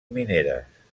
mineres